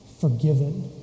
forgiven